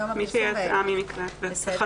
מיום הפרסום ואילך.